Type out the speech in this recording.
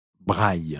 Braille